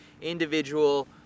individual